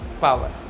power